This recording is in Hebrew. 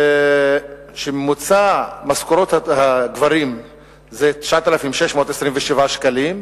ממוצע משכורות הגברים הוא 9,627 שקלים,